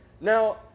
Now